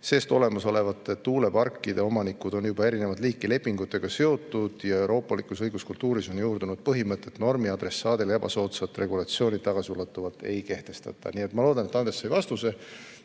sest olemasolevate tuuleparkide omanikud on juba eri liiki lepingutega seotud ja euroopalikus õiguskultuuris on juurdunud põhimõte, et normi adressaadile ebasoodsaid regulatsioone tagasiulatuvalt ei kehtestata. Nii et ma loodan, et Andres sai vastuse,